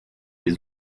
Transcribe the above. les